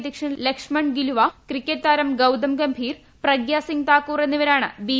അധ്യക്ഷൻ ലക്ഷ്മൺ ഗിലുവ ക്രിക്കറ്റ് താരം ഗൌതം ഗംഭീർ പ്രഗൃ സിങ് താക്കൂർഎന്നിവരാണ് ബി